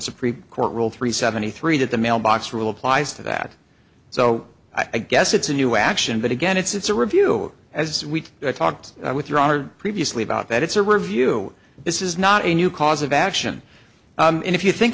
supreme court rule three seventy three that the mailbox rule applies to that so i guess it's a new action but again it's a review as we talked with your honor previously about that it's a review this is not a new cause of action and if you think